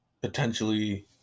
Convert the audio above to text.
potentially